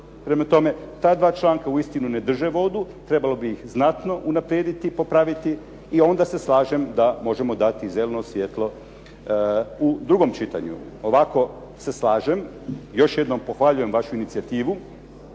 Prema tome, ta dva članka uistinu ne drže vodu. Trebalo bi ih znatno unaprijediti i popraviti i onda se slažem da možemo dati zeleno svjetlo u drugom čitanju. Ovako se slažem. Još jednom pohvaljujem vašu inicijativu.